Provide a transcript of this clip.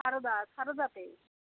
Sarada সারদাতে